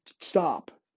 Stop